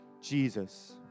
Jesus